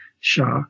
Shah